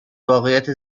واقعیت